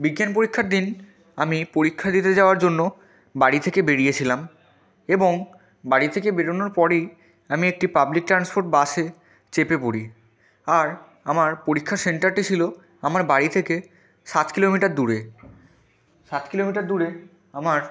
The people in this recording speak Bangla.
বিজ্ঞান পরীক্ষার দিন আমি পরীক্ষা দিতে যাওয়ার জন্য বাড়ি থেকে বেরিয়ে ছিলাম এবং বাড়ি থেকে বেরোনোর পরই আমি একটি পাবলিক ট্রান্সফোর্ট বাসে চেপে পড়ি আর আমার পরীক্ষার সেন্টারটি ছিলো আমার বাড়ি থেকে সাত কিলোমিটার দূরে সাত কিলমিটার দূরে আমার